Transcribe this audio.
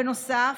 בנוסף,